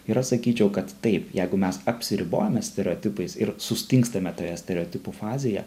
ir aš sakyčiau kad taip jeigu mes apsiribojame stereotipais ir sustingstame toje stereotipų fazėje